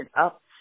up